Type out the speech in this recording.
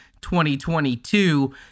2022